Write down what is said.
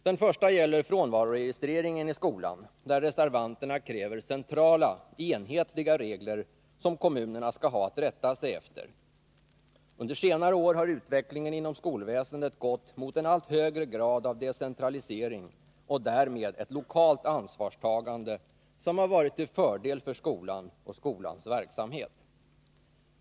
Den första gäller frånvaroregistreringen i skolan, där reservanterna kräver centrala, enhetliga regler, som kommunerna skall ha att rätta sig efter. Under senare år har utvecklingen inom skolväsendet gått mot en allt högre grad av decentralisering och därmed ett lokalt ansvarstagande, som har varit till fördel för skolan och skolans verksamhet.